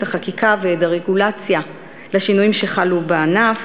החקיקה ואת הרגולציה לשינויים שחלו בענף.